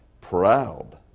proud